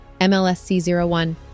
MLSC01